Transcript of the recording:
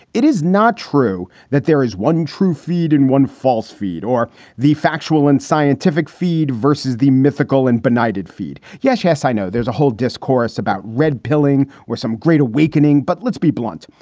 it is not true that there is one true feed and one false feed or the factual and scientific feed versus the mythical and benighted feed. yes, yes. i know there's a whole discourse about red pilling where some great awakening. but let's be blunt.